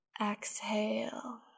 Exhale